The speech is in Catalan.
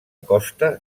costa